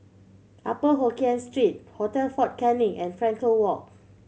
Upper Hokkien Street Hotel Fort Canning and Frankel Walk